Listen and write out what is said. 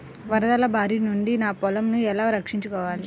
వరదల భారి నుండి నా పొలంను ఎలా రక్షించుకోవాలి?